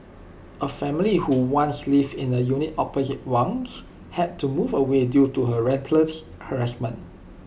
A family who once lived in A unit opposite Wang's had to move away due to her relentless harassment